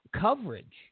coverage